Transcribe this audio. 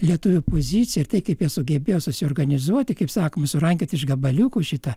lietuvių pozicija tai kaip jie sugebėjo susiorganizuoti kaip sakoma surankioti iš gabaliukų šitą